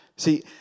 See